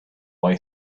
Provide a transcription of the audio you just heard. boy